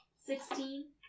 Sixteen